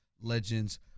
Legends